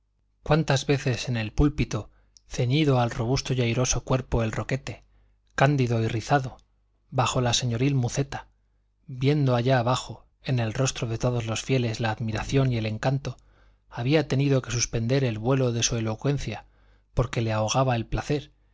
cuántas veces en el púlpito ceñido al robusto y airoso cuerpo el roquete cándido y rizado bajo la señoril muceta viendo allá abajo en el rostro de todos los fieles la admiración y el encanto había tenido que suspender el vuelo de su elocuencia porque le ahogaba el placer